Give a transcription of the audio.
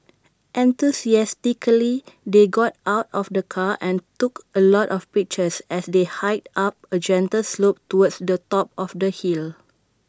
enthusiastically they got out of the car and took A lot of pictures as they hiked up A gentle slope towards the top of the hill